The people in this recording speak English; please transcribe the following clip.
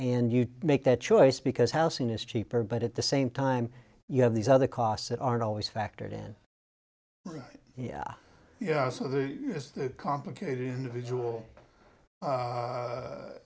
and you make that choice because housing is cheaper but at the same time you have these other costs that aren't always factored in yeah yeah so the complicated individual